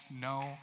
no